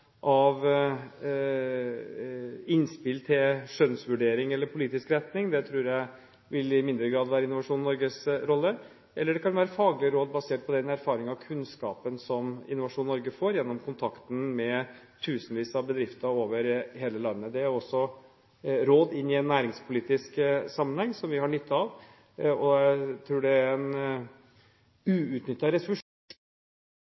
av innspill til en skjønnsvurdering eller en politisk retning – det tror jeg i mindre grad vil være Innovasjon Norges rolle – eller det kan være faglige råd basert på den erfaringen og kunnskapen som Innovasjon Norge får gjennom kontakten med tusenvis av bedrifter over hele landet. Det er også råd inn i en næringspolitisk sammenheng, som vi har nytte av. Jeg tror Innovasjon Norge er en